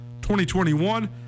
2021